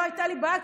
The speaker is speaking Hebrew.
לא הייתה לי בעיה,